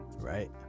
right